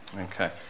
Okay